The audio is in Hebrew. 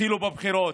התחילו בבחירות: